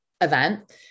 event